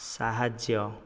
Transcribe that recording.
ସାହାଯ୍ୟ